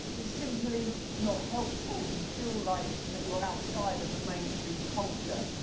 it's simply not helpful. you feel like that you're outside of the mainstream culture.